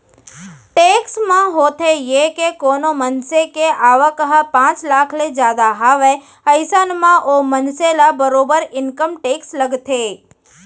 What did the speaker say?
tax म होथे ये के कोनो मनसे के आवक ह पांच लाख ले जादा हावय अइसन म ओ मनसे ल बरोबर इनकम टेक्स लगथे